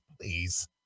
Please